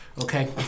Okay